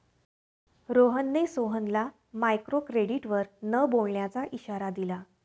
रोहनने सोहनला मायक्रोक्रेडिटवर न बोलण्याचा इशारा दिला